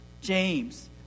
James